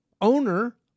owner